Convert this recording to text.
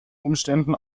umständen